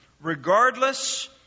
regardless